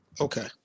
Okay